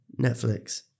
Netflix